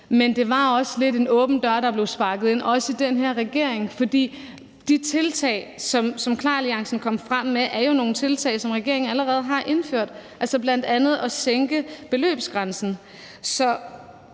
Men det var også lidt en åben dør, der blev sparket ind, også i den her regering, for de tiltag, som KLAR-alliancen kom med, er jo nogle tiltag, som regeringen allerede har indført, altså bl.a. at sænke beløbsgrænsen. Så